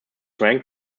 rank